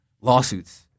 lawsuits